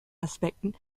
aspekten